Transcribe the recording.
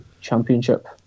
Championship